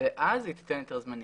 ואז היא תיתן היתר זמני.